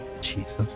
Jesus